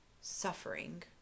suffering